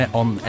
on